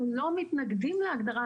אנחנו לא מתנגדים להגדרה,